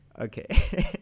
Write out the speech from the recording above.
Okay